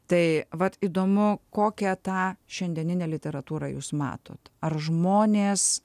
tai vat įdomu kokią tą šiandieninę literatūrą jūs matot ar žmonės